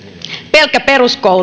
pelkkä peruskoulu